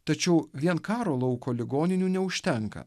tačiau vien karo lauko ligoninių neužtenka